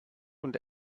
und